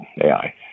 AI